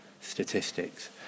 statistics